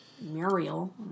Muriel